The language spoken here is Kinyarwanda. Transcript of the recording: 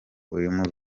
urimo